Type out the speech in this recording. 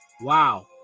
Wow